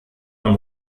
beim